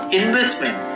investment